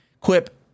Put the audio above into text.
Quip